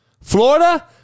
Florida